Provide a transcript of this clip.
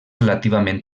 relativament